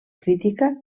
crítica